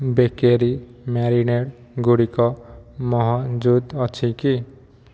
bakery marinade ଗୁଡ଼ିକ ମହଜୁଦ ଅଛି କି